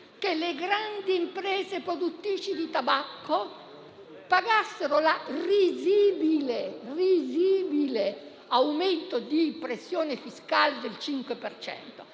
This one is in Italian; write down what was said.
che le grandi imprese produttrici di tabacco pagassero il risibile aumento di pressione fiscale del 5